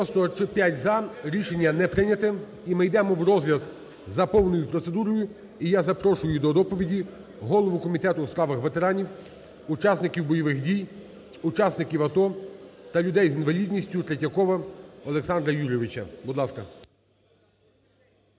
Рішення не прийнято. І ми ідемо в розгляд за повною процедурою. І я запрошую до доповіді голову Комітету у справах ветеранів, учасників бойових дій, учасників АТО та людей з інвалідністю Третьякова Олександра Юрійовича.